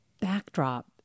backdrop